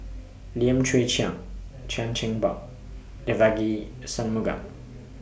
Lim Chwee Chian Chan Chin Bock Devagi Sanmugam